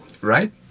Right